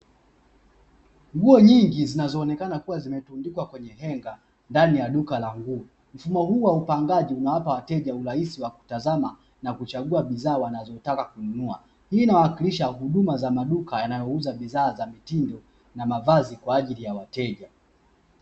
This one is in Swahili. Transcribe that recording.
Nguo nyingi zinazoonekana kuwa zimetundikwa kwenye henga ndani ya duka la nguo, mfumo huu wa upangaji unawapa wateja urahisi wa kutazama na kuchagua bidhaa wanazotaka kununua; hii inawakilisha huduma ya maduka yayouza bidhaa za mitindo na mavazi kwa ajili ya wateja.